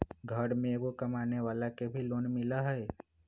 घर में एगो कमानेवाला के भी लोन मिलहई?